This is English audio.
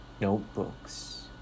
notebooks